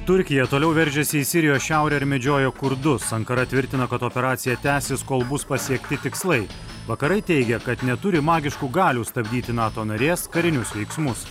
turkija toliau veržiasi į sirijos šiaurę ir medžioja kurdus ankara tvirtina kad operacija tęsis kol bus pasiekti tikslai vakarai teigia kad neturi magiškų galių stabdyti nato narės karinius veiksmus